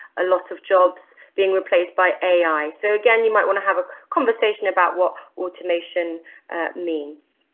a lot of jobs being replaced by ai, so again you might want to have a conversation about what automation means,